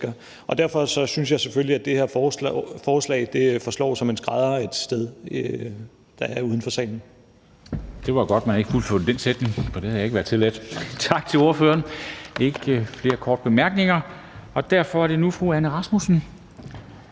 Derfor synes jeg selvfølgelig, at det her forslag forslår som en skrædder et vist sted, der ligger uden for salen.